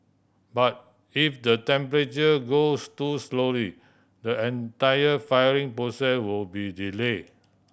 but if the temperature goes too slowly the entire firing process will be delay